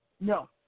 No